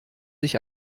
sich